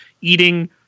eating